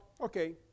okay